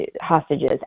hostages